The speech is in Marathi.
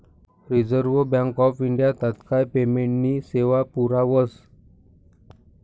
रिझर्व्ह बँक ऑफ इंडिया तात्काय पेमेंटनी सेवा पुरावस